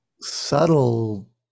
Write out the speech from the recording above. subtle